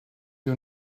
you